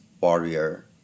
warrior